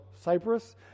cyprus